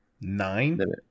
Nine